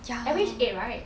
average eight right